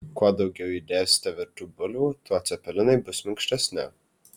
kuo daugiau įdėsite virtų bulvių tuo cepelinai bus minkštesni